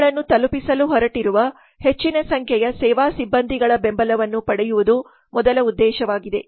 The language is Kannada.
ಸೇವೆಗಳನ್ನು ತಲುಪಿಸಲು ಹೊರಟಿರುವ ಹೆಚ್ಚಿನ ಸಂಖ್ಯೆಯ ಸೇವಾ ಸಿಬ್ಬಂದಿಗಳ ಬೆಂಬಲವನ್ನು ಪಡೆಯುವುದು ಮೊದಲ ಉದ್ದೇಶವಾಗಿದೆ